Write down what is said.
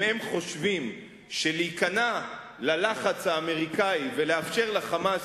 אם הם חושבים שלהיכנע ללחץ האמריקני ולאפשר ל"חמאס"